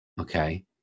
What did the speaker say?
Okay